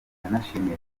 yanashimiye